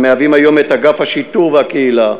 המהווים היום את אגף השיטור והקהילה,